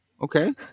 Okay